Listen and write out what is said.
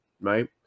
right